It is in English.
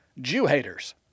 Jew-haters